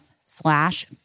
slash